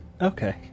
okay